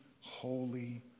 holy